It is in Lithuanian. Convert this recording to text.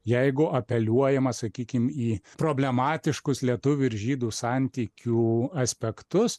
jeigu apeliuojama sakykim į problematiškus lietuvių ir žydų santykių aspektus